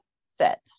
set